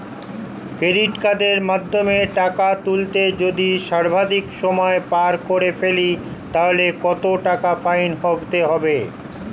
Credit কার্ডের মাধ্যমে টাকা তুললে যদি সর্বাধিক সময় পার করে ফেলি তাহলে কত টাকা ফাইন হবে?